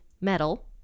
metal